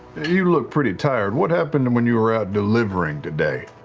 you look pretty tired. what happened when you were out delivering today?